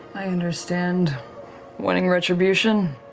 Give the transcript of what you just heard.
i understand wanting retribution